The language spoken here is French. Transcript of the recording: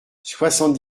soixante